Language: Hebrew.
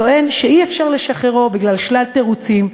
טוען שאי-אפשר לשחררו בגלל שלל תירוצים,